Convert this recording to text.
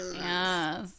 Yes